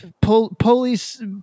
police